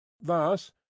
Thus